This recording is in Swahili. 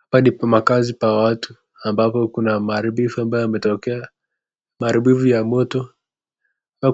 Hapa ni makazi pa watu amabapo kuna maharibifu ambayo imetokea , maharibifu ya moto